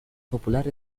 popular